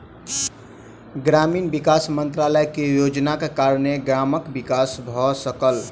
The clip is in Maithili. ग्रामीण विकास मंत्रालय के योजनाक कारणेँ गामक विकास भ सकल